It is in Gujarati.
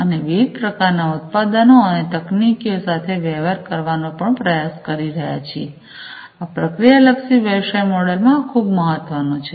અને વિવિધ પ્રકારના ઉત્પાદનો અને તકનીકીઓ સાથે વ્યવહાર કરવાનો પણ પ્રયાસ કરી રહ્યાં છીએ આ પ્રક્રિયા લક્ષી વ્યવસાય મોડેલમાં આ ખૂબ મહત્વનું છે